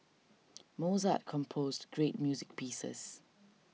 Mozart composed great music pieces